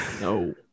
No